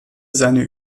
seine